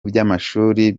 by’amashuri